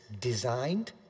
designed